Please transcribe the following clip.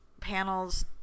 panels